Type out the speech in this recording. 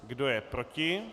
Kdo je proti?